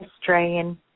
Australian